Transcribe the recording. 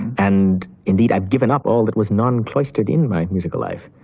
and indeed i've given up all that was non-cloistered in my musical life,